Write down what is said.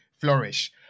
flourish